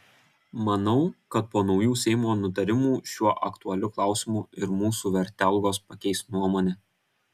manau kad po naujų seimo nutarimų šiuo aktualiu klausimu ir mūsų vertelgos pakeis nuomonę